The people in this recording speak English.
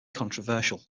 controversial